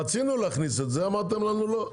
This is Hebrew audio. רצינו להכניס את זה, אמרתם לנו לא.